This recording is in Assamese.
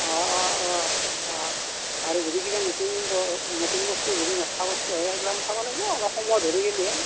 অঁ অঁ অঁ অঁ আৰু যদি কিবা নতুন ব নতুন বস্তু যদি নেদেখা বস্তু আহেই সেগলাখান চাব আৰু অলপ সময় ধৰি গ'লে হ'ল